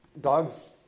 Dogs